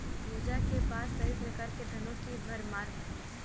पूजा के पास सभी प्रकार के धनों की भरमार है